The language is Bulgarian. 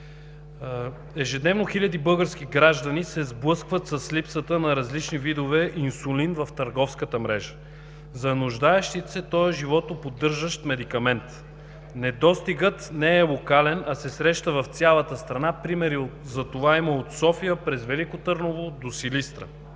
Ежедневно хиляди български граждани се сблъскват с липсата на различни видове инсулин в търговската мрежа. За нуждаещите се той е животоподдържащ медикамент. Недостигът не е локален, а се среща в цялата страна. Примери затова има от София през Велико Търново до Силистра,